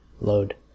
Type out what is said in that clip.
load